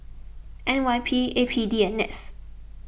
N Y P A P D and NETS